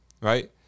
right